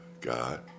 God